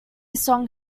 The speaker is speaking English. song